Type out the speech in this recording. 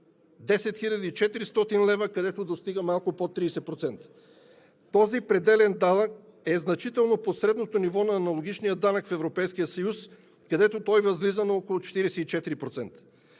400 лв., където достига малко под 30%. Този пределен данък е значително под средното ниво на аналогичния данък в Европейския съюз, където той възлиза на около 44%.